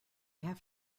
have